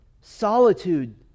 solitude